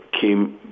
came